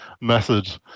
method